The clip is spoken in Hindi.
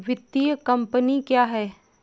वित्तीय कम्पनी क्या है?